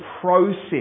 process